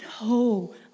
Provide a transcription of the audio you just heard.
no